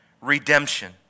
redemption